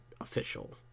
official